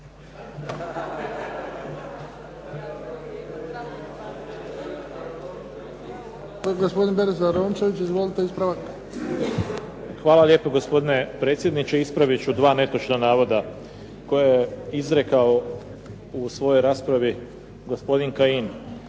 Hvala lijepo gospodine predsjedniče. Ispravit ću dva netočna navoda koje je izrekao u svojoj raspravi gospodin Kajin.